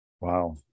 Wow